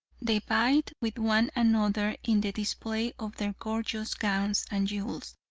they vied with one another in the display of their gorgeous gowns and jewels,